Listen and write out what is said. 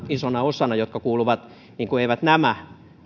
isona osana ja kuuluvat toisin kuin nämä